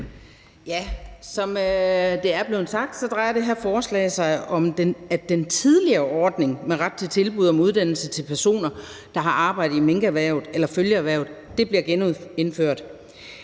Som det er blevet sagt, drejer det her forslag sig om, at den tidligere ordning med ret til tilbud om uddannelse til personer, der har arbejdet i minkerhvervet eller følgeerhverv, bliver genindført.